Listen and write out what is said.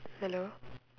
hello